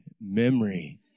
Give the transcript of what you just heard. memory